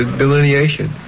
delineation